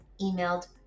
emailed